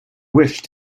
wish